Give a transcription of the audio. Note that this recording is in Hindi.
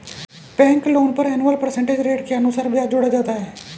बैंक लोन पर एनुअल परसेंटेज रेट के अनुसार ब्याज जोड़ा जाता है